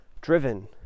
driven